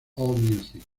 allmusic